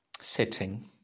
Sitting